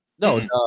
No